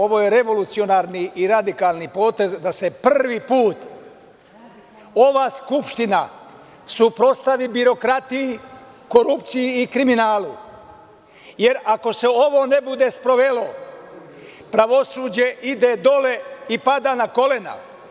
Ovo je revolucionarni i radikalni potez da se prvi put ova Skupština suprotstavi birokratiji, korupciji i kriminalu, jer ako se ovo ne bude sprovelo pravosuđe ide dole i pada na kolena.